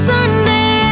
Sunday